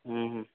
ହୁଁ ହୁଁ